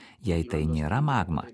jei tai nėra magma